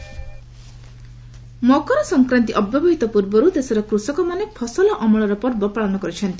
ମକର ସଂକ୍ରାନ୍ତି ମକର ସଂକ୍ରାନ୍ତି ଅବ୍ୟବହିତ ପୂର୍ବରୁ ଦେଶର କୃଷକମାନେ ଫସଲ ଅମଳର ପର୍ବ ପାଳନ କରିଛନ୍ତି